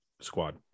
squad